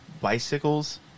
bicycles